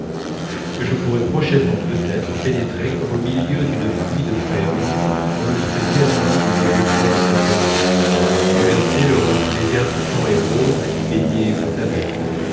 que je pourrais prochainement peut-être pénétrer comme au milieu d'une pluie de perles dans le frais gazouillis des égouttements de quimperlé traverser le reflet verdissant et rose qui baignait pont aven